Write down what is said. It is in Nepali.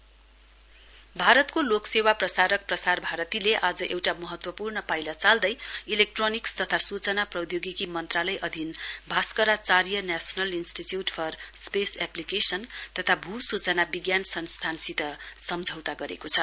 प्रसार भारती भारतको लोक सेवा प्रसारक प्रसार भारतीले आज एउटा महत्वपूर्ण पाइला चाल्दै इलेक्ट्रोनिक्स तथा सूचना प्रौद्योगिकी मन्त्रालय अधीन Bhaskaracharya national institute for space application थता भू सूचना विज्ञान संस्थानसित सम्झौता गरेको छ